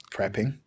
Prepping